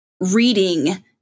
reading